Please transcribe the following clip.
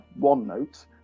OneNote